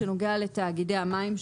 שנוגע לתאגידי המים,